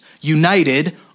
united